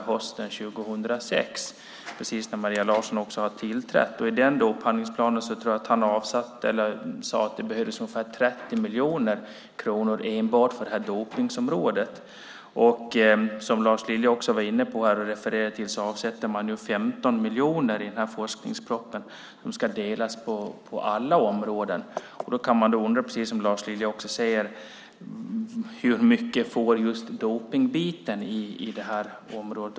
Det var precis efter Maria Larssons tillträde. Jag tror att Fries i den dopningshandlingsplanen sagt att det behövs ungefär 30 miljoner kronor enbart till dopningsområdet. Som Lars Lilja var inne på och refererade till avsätts nu 15 miljoner i forskningspropositionen - pengar som ska fördelas på alla områden. Därför undrar jag, precis som Lars Lilja, hur mycket dopningsbiten får.